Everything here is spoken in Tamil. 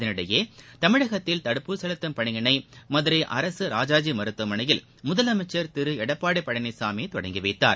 இதனிடையே தமிழகத்தில் தடுப்பூசி செலுத்தம் பணியினை மதுரை அரசு ராஜாஜி மருத்துவமனையில் முதலமைச்சர் திரு எடப்பாடி பழனிசாமி தொடங்கி வைத்தார்